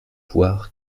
voir